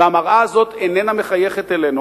והמראה הזאת איננה מחייכת אלינו,